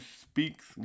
speaks